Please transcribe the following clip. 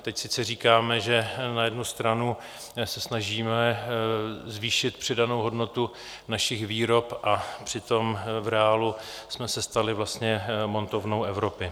Teď sice říkáme, že na jednu stranu se snažíme zvýšit přidanou hodnotu našich výrob, a přitom v reálu jsme se stali vlastně montovnou Evropy.